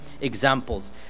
examples